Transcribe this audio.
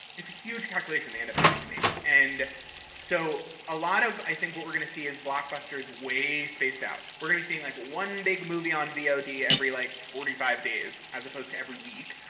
it's a huge calculation they end up having to make. and so a lot of i think what we're going to see is blockbusters way spaced out. we're going to see like one big movie on vod every like forty five days, as opposed to every week.